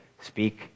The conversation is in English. speak